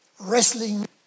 wrestling